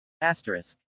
asterisk